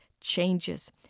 changes